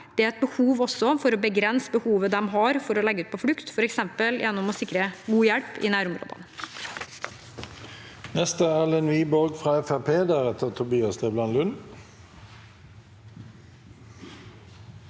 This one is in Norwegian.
Det er behov for å begrense behovet de har for å legge ut på flukt, f.eks. gjennom å sikre god hjelp i nærområdene.